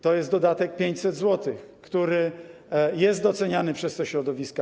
To jest dodatek 500 zł, który jest doceniany przez te środowiska.